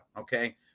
okay